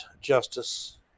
Justice